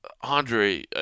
Andre